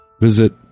visit